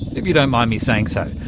if you don't mind me saying so,